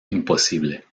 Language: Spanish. imposible